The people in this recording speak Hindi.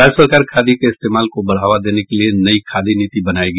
राज्य सरकार खादी के इस्तेमाल को बढ़ावा देने के लिये नयी खादी नीति बनायेगी